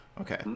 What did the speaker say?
Okay